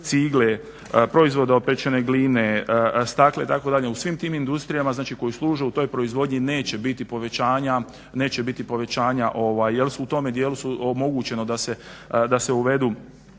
cigle, proizvoda od pečene gline, stakla itd., u svim tim industrijama znači koji služe u toj proizvodnji neće biti povećanja jer u tome dijelu je omogućeno da se uvede